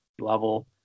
level